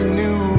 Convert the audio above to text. new